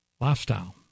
lifestyle